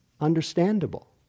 understandable